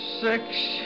Six